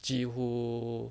几乎